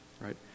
right